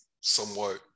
somewhat